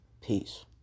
Peace